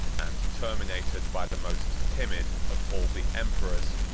and terminated by the most timid of all the emperors,